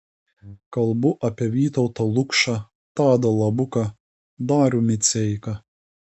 kalbu apie vytautą lukšą tadą labuką darių miceiką